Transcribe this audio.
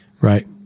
right